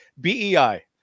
BEI